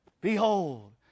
Behold